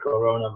coronavirus